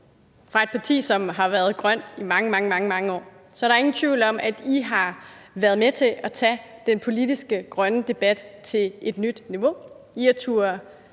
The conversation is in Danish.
fra et parti, som har været grønt i mange, mange år er der ingen tvivl om, at I har været med til at tage den politiske grønne debat til et nyt niveau. I har turdet